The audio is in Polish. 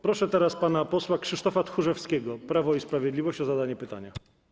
Proszę teraz pana posła Krzysztofa Tchórzewskiego, Prawo i Sprawiedliwość, o zadanie pytania.